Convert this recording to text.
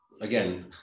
again